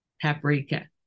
paprika